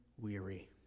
weary